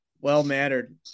well-mannered